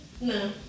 No